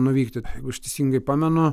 nuvykti jeigu aš teisingai pamenu